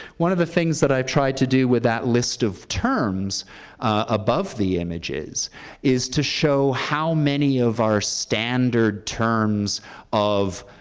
one of the things that i tried to do with that list of terms above the images is to show how many of our standard terms of